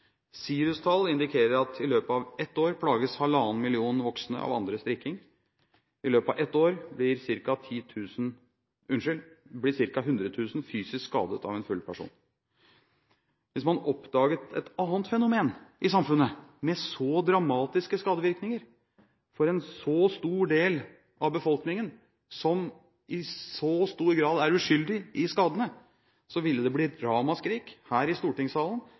indikerer at i løpet av et år plages 1,5 millioner voksne av andres drikking. I løpet av et år blir ca. 100 000 fysisk skadet av en full person. Hvis man oppdaget et annet fenomen i samfunnet med så dramatiske skadevirkninger for en så stor del av befolkningen, som i så stor grad er uskyldig i skadene, ville det blitt ramaskrik her i stortingssalen,